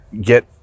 get